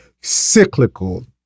cyclical